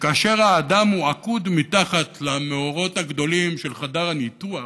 שכאשר האדם עקוד מתחת למאורות הגדולים של חדר הניתוח,